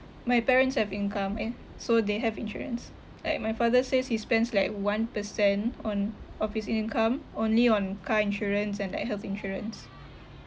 my parents have income eh so they have insurance like my father says he spends like one percent on of his i~ income only on car insurance and like health insurance